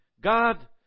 God